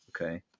Okay